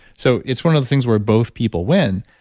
so it's one of the things where both people win.